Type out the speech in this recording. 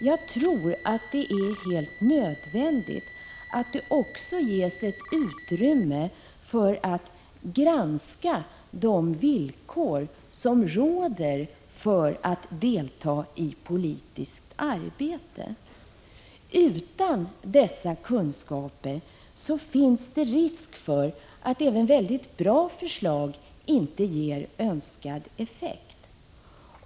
Jag tror att det är nödvändigt att utrymme också ges för att granska villkoren för deltagande i politiskt arbete. Utan dessa kunskaper finns det risk för att inte ens bra förslag ger önskad effekt.